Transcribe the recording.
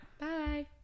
Bye